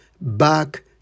back